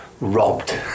robbed